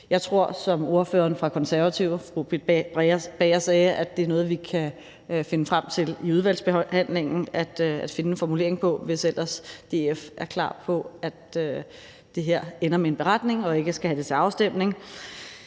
Jeg tror, som ordføreren for De Konservative, fru Britt Bager, sagde, at det er noget, vi i udvalgsbehandlingen kan nå frem til at finde en formulering på, hvis ellers DF er klar på, at det her ender med en beretning og ikke skal til afstemning.